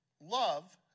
love